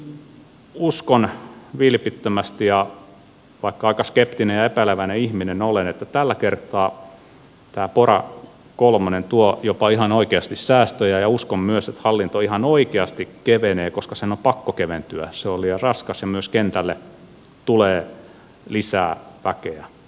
jotenkin uskon vilpittömästi vaikka aika skeptinen ja epäileväinen ihminen olen että tämä pora kolmonen tuo jopa ihan oikeasti säästöjä ja uskon myös että hallinto ihan oikeasti kevenee koska sen on pakko keventyä se on liian raskas ja myös kentälle tulee lisää väkeä